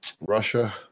Russia